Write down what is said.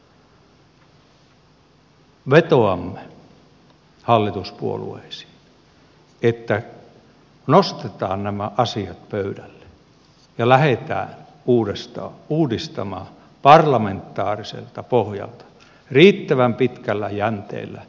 vetoamme hallituspuolueisiin että nostetaan nämä asiat pöydälle ja lähdetään uudestaan uudistamaan parlamentaariselta pohjalta riittävän pitkällä jänteellä